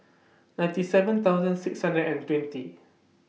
ninety seven thousand six hundred and twenty